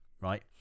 right